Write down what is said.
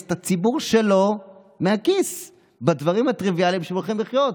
את הציבור שלו מהכיס בדברים הטריוויאליים שהולכים להיות.